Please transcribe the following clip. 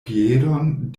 piedon